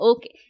Okay